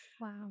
Wow